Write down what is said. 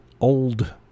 old